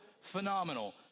phenomenal